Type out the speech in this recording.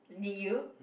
did you